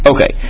Okay